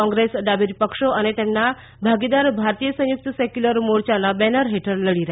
કોંગ્રેસ ડાબેરી પક્ષો અને તેમના ભાગીદાર ભારતીય સંયુક્ત સેક્વ્ય્લર મોરયાના બેનર હેઠળ લડી રહ્યા છે